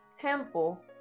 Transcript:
temple